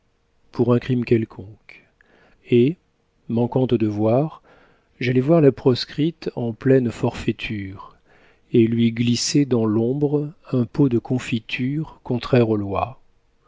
pour un crime quelconque et manquant au devoir j'allai voir la proscrite en pleine forfaiture et lui glissai dans l'ombre un pot de confiture contraire aux lois